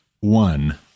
one